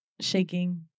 shaking